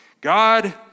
God